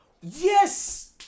Yes